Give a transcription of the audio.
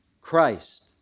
Christ